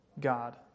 God